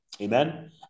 Amen